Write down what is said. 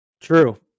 True